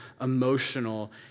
emotional